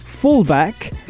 Fullback